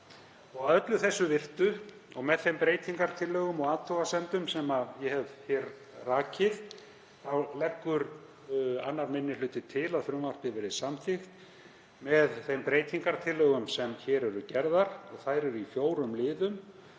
Að öllu þessu virtu og með þeim breytingartillögum og athugasemdum sem ég hef hér rakið leggur 2. minni hluti til að frumvarpið verði samþykkt með þeim breytingartillögum sem hér eru gerðar og þær eru í fjórum liðum.